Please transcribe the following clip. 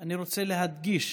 אני רוצה להדגיש